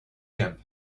camp